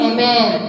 Amen